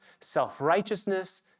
self-righteousness